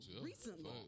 Recently